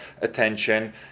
attention